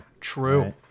True